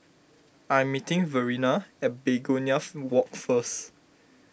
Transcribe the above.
I am meeting Verena at Begonia Walk first